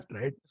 right